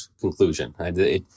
conclusion